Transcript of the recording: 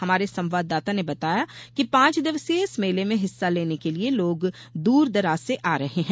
हमारे संवाददाता ने बताया कि पांच दिवसीय इस मेले में हिस्सा लेने के लिए लोग दूर दराज से आ रहे हैं